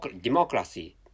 democracy